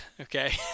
okay